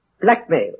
blackmail